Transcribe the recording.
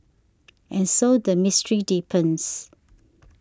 and so the mystery deepens